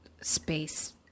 space